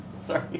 Sorry